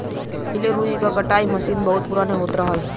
पहिले रुई कटाई के मसीन बहुत पुराना होत रहल